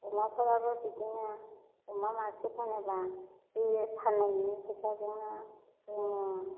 अमा फोराबो बिदिनो अमा मासे फानोब्ला बे फाननायनि फैसाजोंनो जोङो